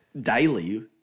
daily